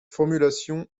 formulation